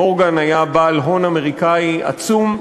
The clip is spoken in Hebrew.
מורגן היה בעל הון אמריקני עצום,